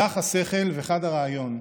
זך השכל וחד הרעיון,